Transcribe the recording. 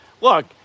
Look